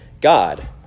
God